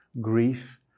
grief